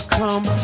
come